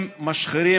הם משחירים,